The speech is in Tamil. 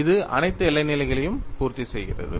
இது அனைத்து எல்லை நிலைகளையும் பூர்த்தி செய்கிறது